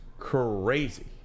crazy